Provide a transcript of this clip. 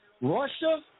Russia